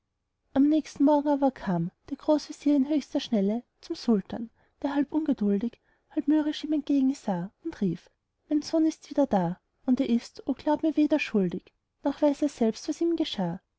am nächsten morgen aber kam der großvezier in höchster schnelle zum sultan der halb ungeduldig halb mürrisch ihm entgegensah und rief mein sohn ist wieder da er ist o glaub mir weder schuldig noch weiß er selbst was ihm geschah